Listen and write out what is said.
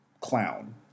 clown